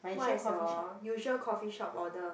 what is your usual coffeeshop order